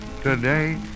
today